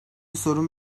sorun